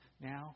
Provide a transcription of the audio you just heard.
now